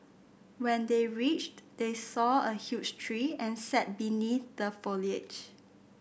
when they reached they saw a huge tree and sat beneath the foliage